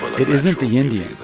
it isn't the indian.